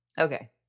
Okay